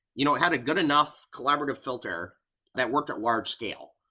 you know it had a good enough collaborative filter that worked at large scale.